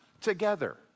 together